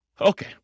Okay